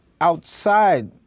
outside